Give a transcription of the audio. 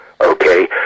Okay